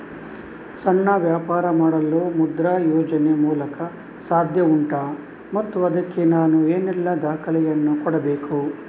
ಸಣ್ಣ ವ್ಯಾಪಾರ ಮಾಡಲು ಮುದ್ರಾ ಯೋಜನೆ ಮೂಲಕ ಸಾಧ್ಯ ಉಂಟಾ ಮತ್ತು ಅದಕ್ಕೆ ನಾನು ಏನೆಲ್ಲ ದಾಖಲೆ ಯನ್ನು ಕೊಡಬೇಕು?